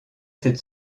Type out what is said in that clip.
cette